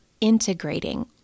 integrating